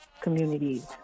communities